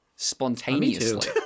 Spontaneously